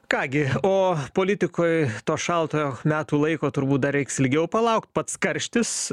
ką gi o politikoj to šaltojo metų laiko turbūt dar reiks ilgiau palaukt pats karštis